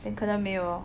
then 可能没有哦